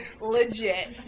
legit